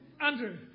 Andrew